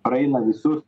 praeina visus